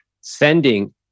Sending